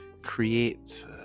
create